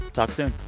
talk soon